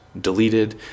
deleted